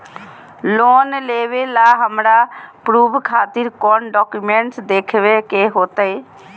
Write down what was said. Loan लेबे ला हमरा प्रूफ खातिर कौन डॉक्यूमेंट देखबे के होतई?